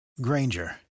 Granger